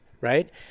right